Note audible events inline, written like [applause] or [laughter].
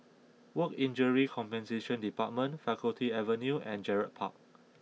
Work Injury Compensation Department Faculty Avenue and Gerald Park [noise]